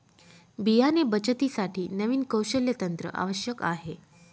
बियाणे बचतीसाठी नवीन कौशल्य तंत्र आवश्यक आहे